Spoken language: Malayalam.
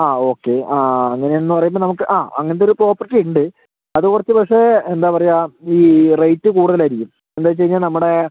ആ ഓക്കേ ആ അങ്ങനേന്നു പറയുമ്പോൾ നമുക്ക് അ അങ്ങനത്തെയൊരു പ്രോപ്പർട്ടി ഉണ്ട് അത് കുറച്ച് പക്ഷേ എന്താ പറയുക ഈ റേയ്റ്റ് കൂടുതലായിരിക്കും എന്താ വെച്ച് കഴിഞ്ഞാൽ നമ്മുടെ